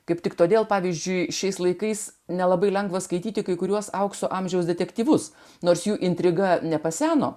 kaip tik todėl pavyzdžiui šiais laikais nelabai lengva skaityti kai kuriuos aukso amžiaus detektyvus nors jų intriga nepaseno